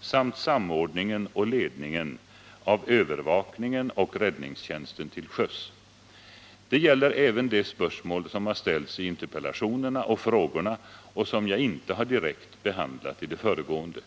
samt samordningen och ledningen av övervakningen och räddningstjänsten till sjöss. Det gäller även de spörsmål som har ställts i interpellationerna och frågorna och som jag inte har direkt behandlat i det föregående.